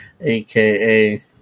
aka